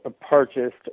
purchased